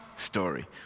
story